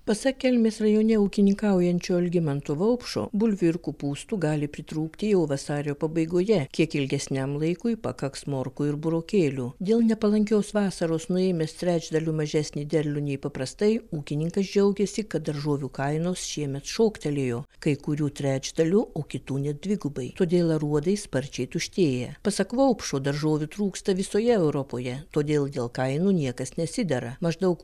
pasak kelmės rajone ūkininkaujančio algimanto vaupšo bulvių ir kopūstų gali pritrūkti jau vasario pabaigoje kiek ilgesniam laikui pakaks morkų ir burokėlių dėl nepalankios vasaros nuėmęs trečdaliu mažesnį derlių nei paprastai ūkininkas džiaugėsi kad daržovių kainos šiemet šoktelėjo kai kurių trečdaliu o kitų net dvigubai todėl aruodai sparčiai tuštėja pasak vaupšo daržovių trūksta visoje europoje todėl dėl kainų niekas nesidera maždaug